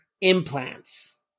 implants